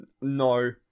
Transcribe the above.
no